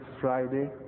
Friday